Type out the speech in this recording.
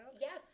Yes